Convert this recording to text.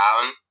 down